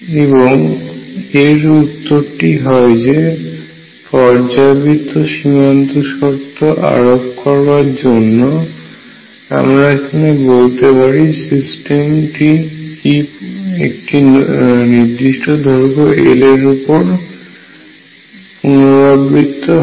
এবং এর উত্তরটি হয় যে পর্যায়বৃত্ত সীমান্ত শর্ত আরোপ করার জন্য আমরা এখানে বলতে পারি সিস্টেম কি একটি নির্দিষ্ট দৈর্ঘ্য L এরপর এর পুনরাবৃত্ত হবে